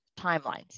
timelines